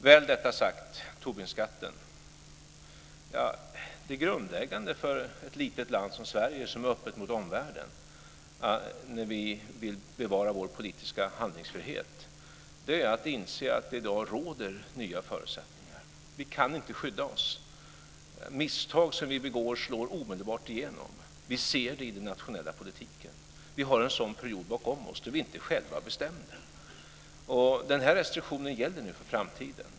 När detta väl är sagt går jag över till Tobinskatten. Det grundläggande för ett litet land som Sverige, som är öppet mot omvärlden och som vill bevara sin politiska handlingsfrihet, är att inse att det i dag råder nya förutsättningar. Vi kan inte skydda oss. Misstag som vi begår slår omedelbart igenom. Vi ser det i den nationella politiken. Vi har bakom oss en period när vi inte själva bestämde. Den här restriktionen gäller nu för framtiden.